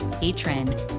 patron